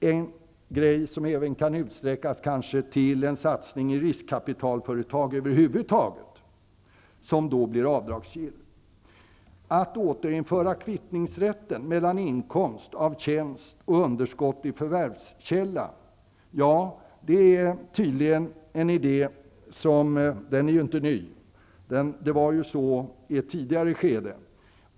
Det är något som över huvud taget skulle kunna utsträckas till en satsning i riskkapitalföretag, som då blir avdragsgill. Det gäller också att återinföra kvittningsrätten mellan inkomst av tjänst och underskott i förvärvskälla. Ja, det är en idé som inte är ny, och det var så i ett tidigare skede.